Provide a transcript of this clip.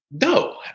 no